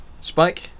Spike